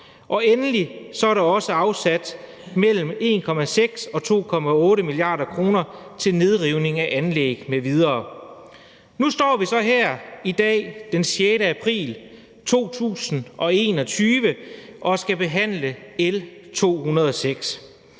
kr. Endelig er der også afsat mellem 1,6 og 2,8 mia. kr. til nedrivning af anlæg m.v. Nu står vi så her i dag, den 6. april 2021, og skal behandle L 206.